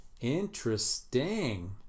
Interesting